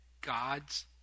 God's